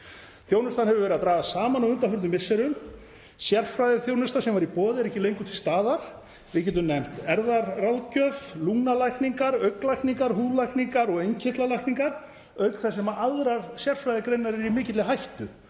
Þjónustan hefur verið að dragast saman á undanförnum misserum. Sérfræðiþjónusta sem var í boði er ekki lengur til staðar. Við getum nefnt erfðaráðgjöf, lungnalækningar, augnlækningar, húðlækningar og innkirtlalækningar auk þess sem aðrar sérfræðigreinar eru í mikilli hættu